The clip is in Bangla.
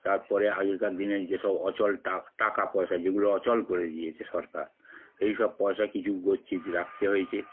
তার পরে আগেকার দিনের যেসব অচল টা টাকা পয়সা যেগুলো অচল করে দিয়েছে সরকার এই সব পয়সা কিছু গচ্ছিত রাখতে হয়েছে